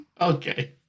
Okay